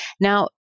Now